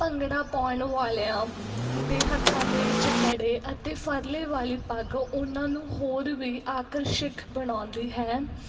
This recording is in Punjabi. ਭੰਗੜਾ ਪਾਉਣ ਵਾਲਿਆਂ ਦੇ ਹੱਥਾਂ ਦੇ ਵਿੱਚ ਕੜੇ ਅਤੇ ਫਰਲੇ ਵਾਲੀ ਪੱਗ ਉਹਨਾਂ ਨੂੰ ਹੋਰ ਵੀ ਆਕਰਸ਼ਕ ਬਣਾਉਂਦੀ ਹੈ